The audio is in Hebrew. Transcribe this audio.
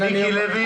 פלוסקוב ומיקי לוי.